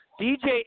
DJ